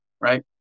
right